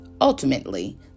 Ultimately